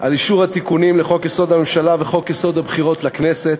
על אישור התיקונים לחוק-יסוד: הממשלה וחוק הבחירות לכנסת.